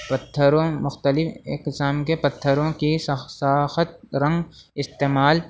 پتھروں مختلف اقسام کے پتھروں کی ساخت رنگ استعمال